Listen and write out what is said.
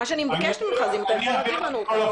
מה שאני מבקשת ממך זה אם אתה יכול להעביר לנו אותם?